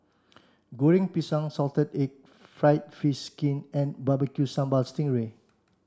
Goreng Pisang salted egg fried fish skin and barbecue sambal sting ray